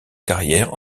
carrière